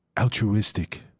altruistic